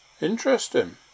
interesting